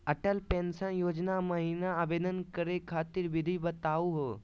Atal pension योजना महिना आवेदन करै खातिर विधि बताहु हो?